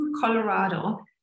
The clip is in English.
Colorado